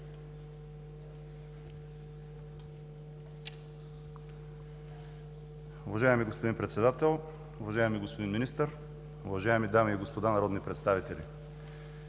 Уважаеми господин Председател, уважаеми господин Министър, уважаеми дами и господа народни представители!